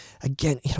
Again